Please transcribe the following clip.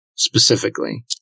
specifically